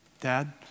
Dad